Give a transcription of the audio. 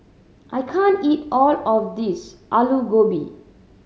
I can't eat all of this Alu Gobi